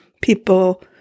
people